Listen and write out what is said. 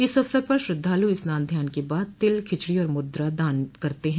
इस अवसर पर श्रद्धालु स्नान ध्यान के बाद तिल खिचड़ी और मुद्रा दान करते हैं